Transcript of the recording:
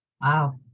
Wow